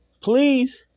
please